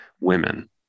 Women